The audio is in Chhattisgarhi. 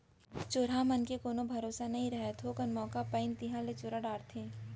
चोरहा मन के कोनो भरोसा नइ रहय, थोकन मौका पाइन तिहॉं ले चोरा डारथें